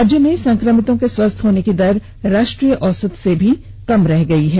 राज्य में संक्रमितों के स्वस्थ होने की दर राष्ट्रीय औसत से भी कम हो गयी है